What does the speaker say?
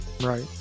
Right